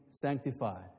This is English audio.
sanctified